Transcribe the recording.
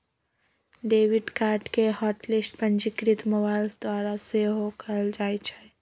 debit card के hot list पंजीकृत mobile द्वारा सेहो कएल जाइ छै